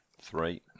Three